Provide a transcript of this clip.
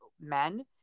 men